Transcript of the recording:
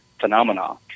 phenomena